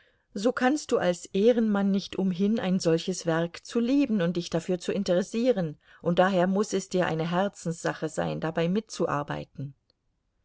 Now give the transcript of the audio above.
so kannst du als ehrenmann nicht umhin ein solches werk zu lieben und dich dafür zu interessieren und daher muß es dir eine herzenssache sein dabei mitzuarbeiten